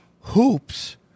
hoops